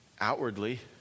Outwardly